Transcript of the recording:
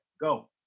go